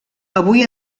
avui